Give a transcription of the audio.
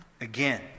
Again